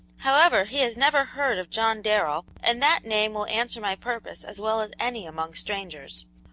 however, he has never heard of john darrell, and that name will answer my purpose as well as any among strangers.